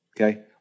Okay